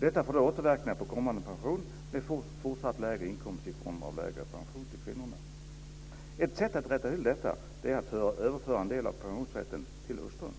Detta får då återverkningar på kommande pension med fortsatt lägre inkomst i form av lägre pension till kvinnorna. Ett sätt att rätta till detta är att mannen överför en del av pensionsrätten till hustrun.